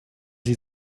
sie